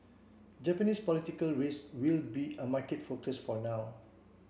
Japanese political risk will be a market focus for now